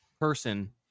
person